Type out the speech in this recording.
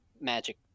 magic